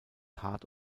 hard